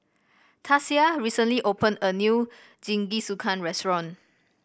Tasia recently opened a new Jingisukan restaurant